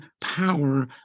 power